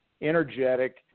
energetic